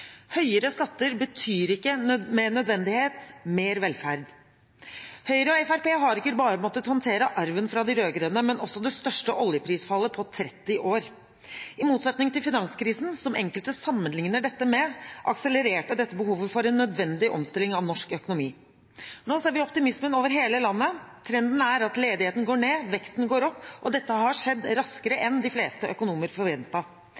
Høyere skatter betyr ikke med nødvendighet mer velferd. Høyre og Fremskrittspartiet har ikke bare måttet håndtere arven fra de rød-grønne, men også det største oljeprisfallet på 30 år. I motsetning til finanskrisen, som enkelte sammenligner dette med, akselererte dette behovet for en nødvendig omstilling av norsk økonomi. Nå ser vi optimismen over hele landet. Trenden er at ledigheten går ned, og at veksten går opp, og dette har skjedd raskere